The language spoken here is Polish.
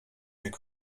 jak